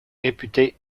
réputé